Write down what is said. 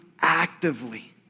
actively